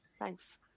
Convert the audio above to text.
Thanks